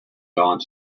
gaunt